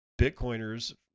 Bitcoiners